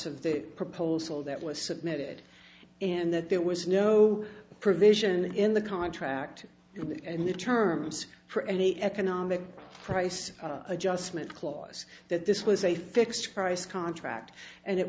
of the proposal that was submitted and that there was no provision in the contract in the terms for any economic price adjustment clause that this was a fixed price contract and it